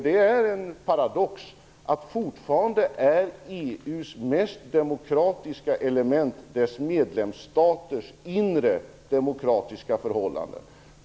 Det är en paradox att EU:s mest demokratiska element fortfarande är dess medlemsstaters inre demokratiska förhållanden.